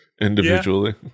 individually